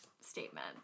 statement